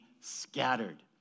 scattered